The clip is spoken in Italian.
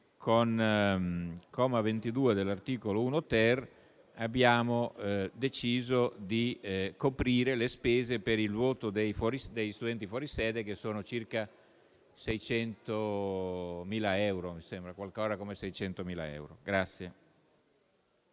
Con il comma 22 dell'articolo 1-*ter* abbiamo infatti deciso di coprire le spese per il voto degli studenti fuori sede, che ammontano a circa 600.000 euro.